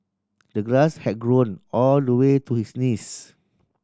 the grass had grown all the way to his knees